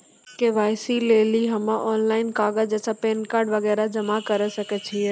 KYC लेली हम्मय online कागज जैसे पैन कार्ड वगैरह जमा करें सके छियै?